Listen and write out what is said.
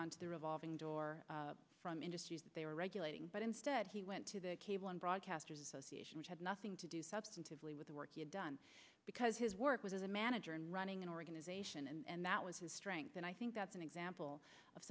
gone to the revolving door from industries that they are regulating but instead he went to the broadcasters association which had nothing to do substantively with the work you've done because his work with the manager and running an organization and that was his strength and i think that's an example of